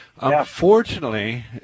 Unfortunately